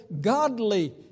godly